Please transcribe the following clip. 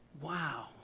wow